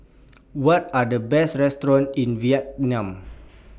What Are The Best restaurants in Vientiane